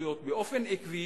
ההתנחלויות באופן עקבי